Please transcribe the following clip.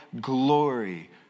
glory